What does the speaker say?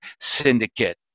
syndicate